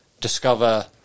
discover